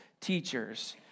teachers